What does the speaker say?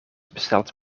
besteld